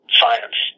science